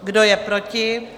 Kdo je proti?